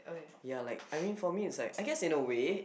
ya like I mean for me is like I guess in a way